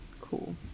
Cool